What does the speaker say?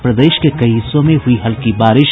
और प्रदेश के कई हिस्सों में हुई हल्की बारिश